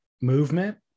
movement